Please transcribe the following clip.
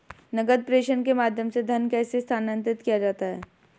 नकद प्रेषण के माध्यम से धन कैसे स्थानांतरित किया जाता है?